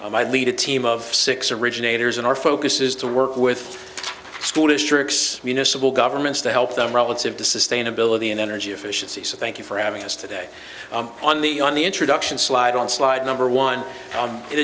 i lead a team of six originators and our focus is to work with school districts municipal governments to help them relative to sustainability and energy efficiency so thank you for having us today on the on the introduction slide on slide number one